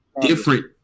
different